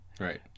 Right